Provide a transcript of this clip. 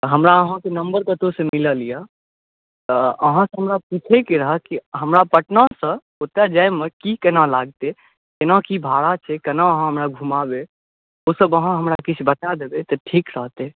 तऽ हमरा अहाँके नम्बर कतहुँ सँ मिलल तऽ अहाँ से हमरा पुछऽ के रहै हमरा पटना सँ ओतऽ जायमे की केना लगतै केना की भाड़ा छै केना अहाँ हमरा घुमेबै ओ सभ अहाँ हमरा किछु बता देबै तऽ ठीक रहतै